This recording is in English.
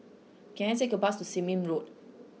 can I take a bus to Seah Im Road